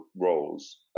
roles